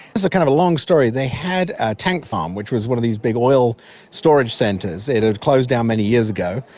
it's kind of a long story. they had a tank farm, which was one of these big oil storage centres. it had closed down many years ago.